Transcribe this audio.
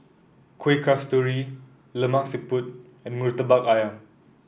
Kuih Kasturi Lemak Siput and murtabak ayam